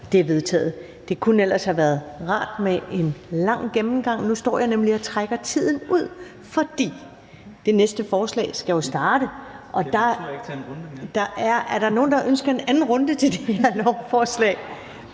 Det er vedtaget. Det kunne ellers have været rart med en lang gennemgang, for nu står jeg nemlig og trækker tiden ud – er der nogen, der ønsker en anden runde til det her lovforslag?